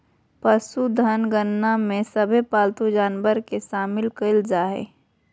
पशुधन गणना में सभे पालतू जानवर के शामिल कईल जा हइ